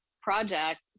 project